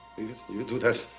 will you do that